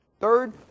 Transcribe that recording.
third